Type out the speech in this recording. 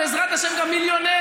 בעזרת השם גם מיליוני,